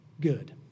good